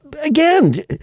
again